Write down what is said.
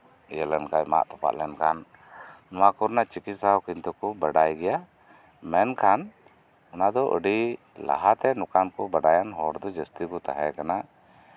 ᱤᱭᱟᱹ ᱞᱮᱱᱠᱷᱟᱱ ᱢᱟᱜ ᱛᱚᱯᱟᱜ ᱞᱮᱱᱠᱷᱟᱱ ᱱᱚᱣᱟ ᱠᱚᱨᱮᱱᱟᱜ ᱪᱤᱠᱤᱛᱥᱟ ᱦᱚᱸ ᱠᱤᱱᱛᱩ ᱠᱚ ᱵᱟᱰᱟᱭ ᱜᱮᱭᱟ ᱢᱮᱱᱠᱷᱟᱱ ᱚᱱᱟᱫᱚ ᱟᱹᱰᱤ ᱞᱟᱦᱟᱛᱮ ᱱᱚᱝᱠᱟᱱ ᱠᱚ ᱵᱟᱲᱟᱭᱟᱱ ᱦᱚᱲ ᱫᱚ ᱡᱟᱹᱥᱛᱤ ᱠᱚ ᱛᱟᱸᱦᱮ ᱠᱟᱱᱟ